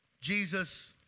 Jesus